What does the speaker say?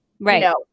Right